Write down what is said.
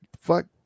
fuck